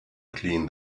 clean